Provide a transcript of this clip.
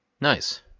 Nice